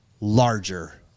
larger